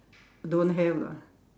don't have lah